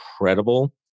incredible